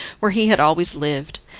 where he had always lived,